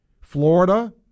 Florida